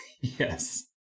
Yes